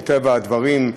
מטבע הדברים,